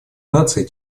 наций